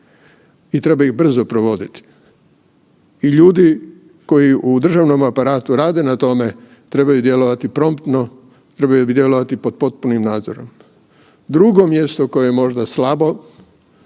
i treba ih brzo provoditi i ljudi koji u državnom aparatu rade na tome trebaju djelovati promptno, trebaju djelovati pod potpunim nadzorom. Drugo mjesto koje je možda slabo